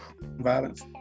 violence